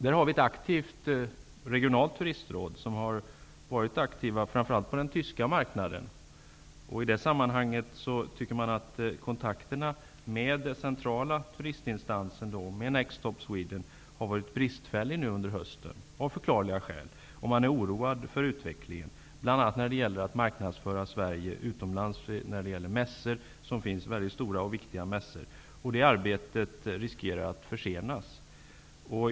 Där har vi ett aktivt regionalt turistråd, som varit verksamt framför allt på den tyska marknaden. Inom det tycker man av förklarliga skäl att kontakterna med den centrala turisminstansen Next Stop Sweden har varit bristfälliga under hösten och är orolig för utvecklingen, bl.a. när det gäller att marknadsföra Sverige på stora och viktiga mässor utomlands. Det arbetet riskerar att försenas.